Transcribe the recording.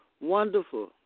wonderful